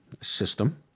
system